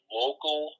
local